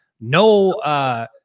no